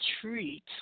treat